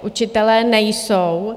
Učitelé nejsou.